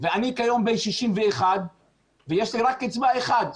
ואני כיום בן 61 ויש לי רק את קצבה אחת,